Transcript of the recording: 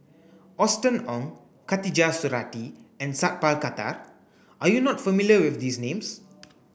Austen Ong Khatijah Surattee and Sat Pal Khattar are you not familiar with these names